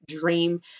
dream